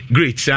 Great